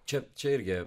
čia čia irgi